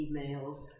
emails